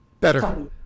Better